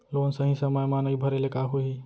Loan सही समय मा नई भरे ले का होही?